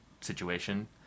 situation